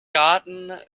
garten